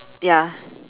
ya